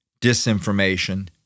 disinformation